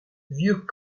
vieux